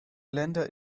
länder